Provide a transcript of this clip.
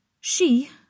She